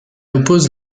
oppose